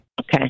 Okay